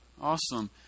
Awesome